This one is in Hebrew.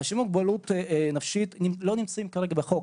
אנשים עם מוגבלות נפשית לא נמצאים כרגע בחוק,